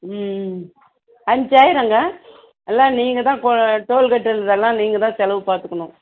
ஆ செய்றேங்க எல்லாம் நீங்கள் தான் டோல்கேட்டு இதெல்லாம் நீங்கள் தான் செலவு பார்த்துக்கணும்